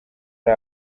ari